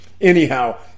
Anyhow